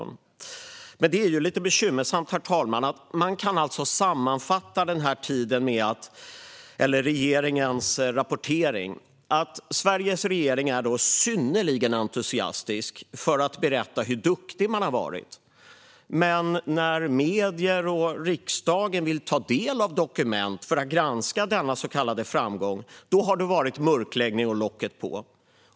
Men, herr talman, det är lite bekymmersamt att man kan sammanfatta regeringens rapportering med att Sveriges regering är synnerligen entusiastisk när det gäller att berätta hur duktig man har varit, men när medier och riksdagen vill ta del av dokument för att granska denna så kallade framgång har det varit mörkläggning och locket på.